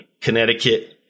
Connecticut